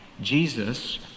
Jesus